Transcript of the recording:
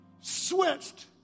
switched